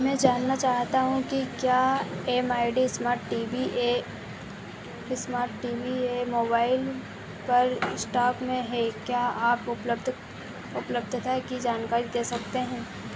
मैं जानना चाहता हूँ कि क्या M I D smart T V A smart T V A mobile पर स्टॉक में है क्या आप उपलब्ध उपलब्धता की जानकारी दे सकते हैं